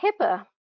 HIPAA